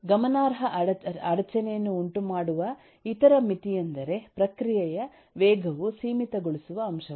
ಗಮನಾರ್ಹ ಅಡಚಣೆಯನ್ನು ಉಂಟುಮಾಡುವ ಇತರ ಮಿತಿಯೆಂದರೆ ಪ್ರಕ್ರಿಯೆಯ ವೇಗವು ಸೀಮಿತಗೊಳಿಸುವ ಅಂಶವಾಗಿದೆ